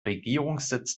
regierungssitz